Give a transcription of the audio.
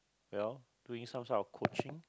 well doing some sort of coaching